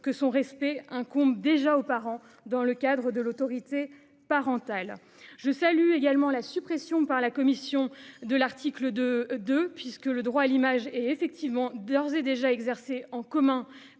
que son respect incombe déjà aux parents dans le cadre de l'autorité parentale. De même, j'approuve la suppression par la commission de l'article 2, puisque le droit à l'image est d'ores et déjà exercé en commun